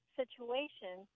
situation